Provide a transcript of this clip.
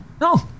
No